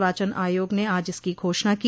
निर्वाचन आयोग ने आज इसकी घोषणा की